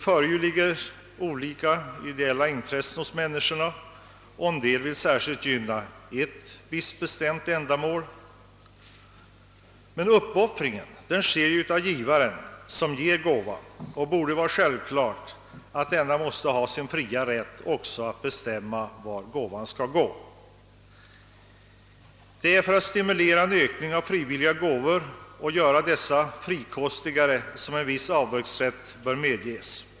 Människor har olika ideella : intressen, och en del vill särskilt gynna ett visst bestämt ändamål. Uppoffringen görs ju av den som ger gåvan, och det borde därför vara självklart att denne måste ha sin fria rätt att bestämma vart gåvan skall gå. Det är för att stimulera en ökning av det frivilliga givandet och göra gåvorna frikostigare som en viss avdragsrätt bör medges.